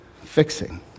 fixing